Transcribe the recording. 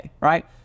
right